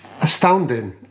astounding